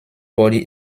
body